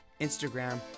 Instagram